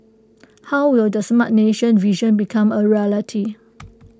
how will the Smart Nation vision become A reality